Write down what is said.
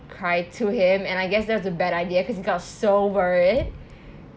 cried to him and I guess that was a bad idea because he got so worried